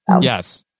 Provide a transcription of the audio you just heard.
Yes